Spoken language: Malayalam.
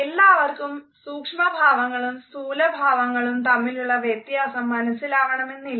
എല്ലാവർക്കും സൂക്ഷ്മഭാവങ്ങളും സ്ഥൂലഭാവങ്ങളും തമ്മിലുള്ള വ്യത്യാസം മനസിലാവണമെന്നില്ല